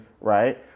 right